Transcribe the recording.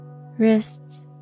wrists